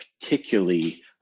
particularly